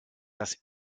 das